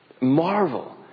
marvel